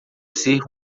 ser